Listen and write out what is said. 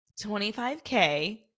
25k